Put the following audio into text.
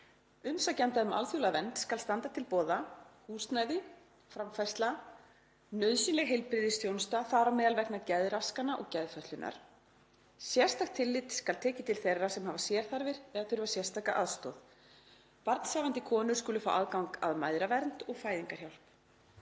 „Umsækjanda um alþjóðlega vernd skal standa til boða: a. húsnæði, b. framfærsla, c. nauðsynleg heilbrigðisþjónusta, þar á meðal vegna geðraskana og geðfötlunar. Sérstakt tillit skal tekið til þeirra sem hafa sérþarfir eða þurfa sérstaka aðstoð. Barnshafandi konur skulu fá aðgang að mæðravernd og fæðingarhjálp.“